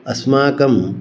अस्माकं